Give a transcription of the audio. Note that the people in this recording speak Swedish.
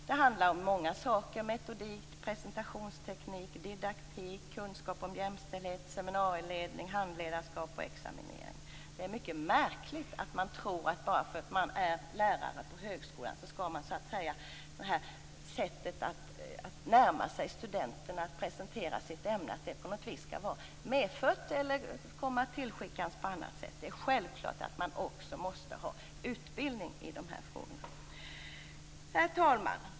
Det handlar om många saker, bl.a. metodik, presentationsteknik, didaktik, kunskap om jämställdhet, seminarieledning, handledarskap och examinering. Det är märkligt att många tror att man bara därför att man är lärare på högskolan skall ha sättet att närma sig studenter och presentera sitt ämne medfött eller att det kommer tillskickat på ett annat sätt. Det är självklart att man måste ha utbildning i dessa frågor. Herr talman!